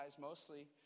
mostly